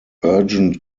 urgent